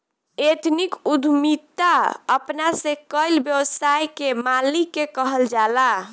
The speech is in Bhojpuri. एथनिक उद्यमिता अपना से कईल व्यवसाय के मालिक के कहल जाला